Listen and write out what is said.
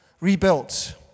rebuilt